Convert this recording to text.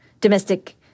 domestic